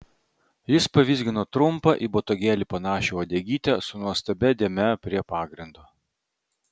jis pavizgino trumpą į botagėlį panašią uodegytę su nuostabia dėme prie pagrindo